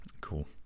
Cool